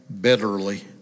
bitterly